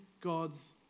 God's